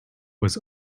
was